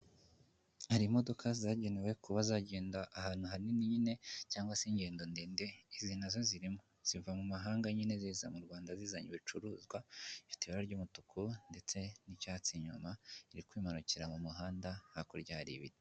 Hari imodoka zagenewe kuba zagenda ahantu hanini nyine cyangwa se ingendo ndende. Izi nazo zirimo ziva mu mahanga nyeyine ziza mu Rwanda zizanye ibicuruzwa ifiti ibara ry'umutuku ndetse n'icyatsi inyuma iri kwimanukira mu muhanda hakurya hari ibiti.